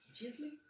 Immediately